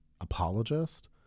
apologist